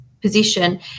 position